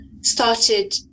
started